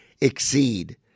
exceed